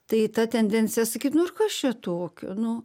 tai ta tendencija sakyt nu ir kas čia tokio nu